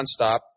nonstop